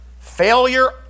failure